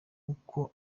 uko